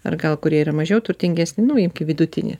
ar gal kurie yra mažiau turtingesni nu imkim vidutinį